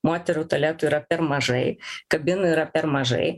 moterų tualetų yra per mažai kabinų yra per mažai